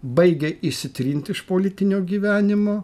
baigia išsitrint iš politinio gyvenimo